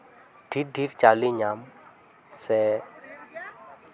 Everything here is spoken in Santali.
ᱰᱷᱮᱨ ᱰᱷᱮᱨ ᱪᱟ ᱣᱞᱮ ᱧᱟᱢ ᱥᱮ